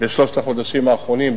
בשלושת החודשים האחרונים,